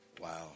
wow